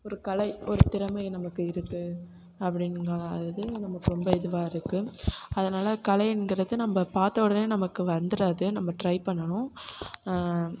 ஒரு கலை ஒரு திறமை நமக்கு இருக்கு அப்படின்ங்கிற இது நமக்கு ரொம்ப இதுவாக இருக்கு அதனால் கலைங்கிறது நம்ப பார்த்த உடனே நமக்கு வந்துராது நம்ப ட்ரை பண்ணணும்